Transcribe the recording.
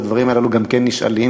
והדברים הללו גם כן נשאלים,